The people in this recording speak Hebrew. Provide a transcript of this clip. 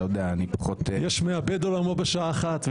יש מאבד עולמו בשעה אחת,